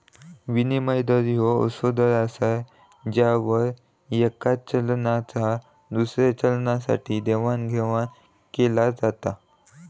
विनिमय दर ह्यो असो दर असा ज्यावर येका चलनाचा दुसऱ्या चलनासाठी देवाणघेवाण केला जाता